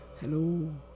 Hello